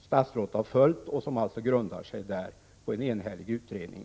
statsrådet följt och den grundar sig på en enhällig utredning.